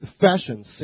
fashion